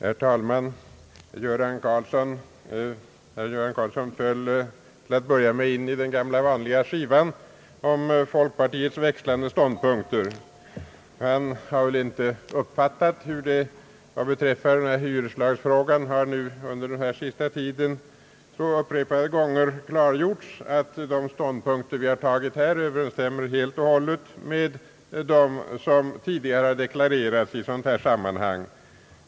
Herr talman! Herr Göran Karlsson spelade till att börja med upp den gamla vanliga skivan om folkpartiets växlande ståndpunkter. Han har väl inte uppfattat vad jag beträffande denna lagstiftningsfråga under den senaste tiden upprepade gånger har klargjort, nämligen att de ståndpunkter som vi har tagit helt och hållet överensstämmer med dem som tidigare har deklarerats i sådana här sammanhang.